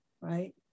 right